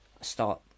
start